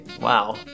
Wow